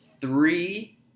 three